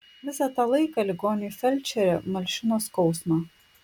visą tą laiką ligoniui felčerė malšino skausmą